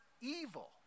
evil